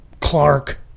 Clark